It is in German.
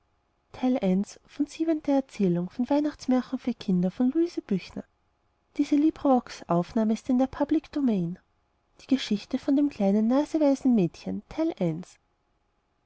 siebente erzählung die geschichte von dem kleinen naseweisen mädchen